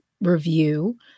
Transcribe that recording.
review